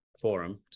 forum